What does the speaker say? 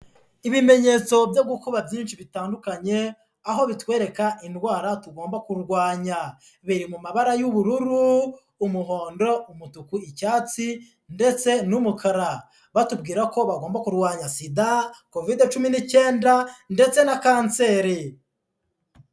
Ibimenyetso byo gukuba byinshi bitandukanye aho bitwereka indwara tugomba kurwanya, biri mu mabara y'ubururu, umuhondo, umutuku, icyatsi ndetse n'umukara, batubwira ko bagomba kurwanya SIDA, Kovide cumi n'icyenda ndetse na Kanseri.